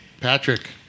Patrick